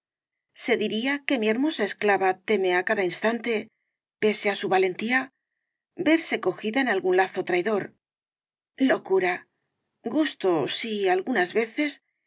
se diría que mi hermosa esclava teme á cada instante pese á su valentía verse cogida en algún lazo traidor locura gusto sí algunas veces